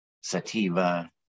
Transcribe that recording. sativa